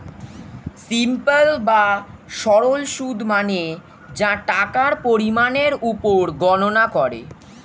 simple বা সরল সুদ মানে যা টাকার পরিমাণের উপর গণনা করে